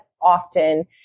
often